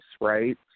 Right